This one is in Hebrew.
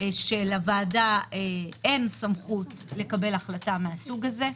שלוועדה אין סמכות לקבל החלטה מסוג זה,